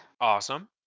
Awesome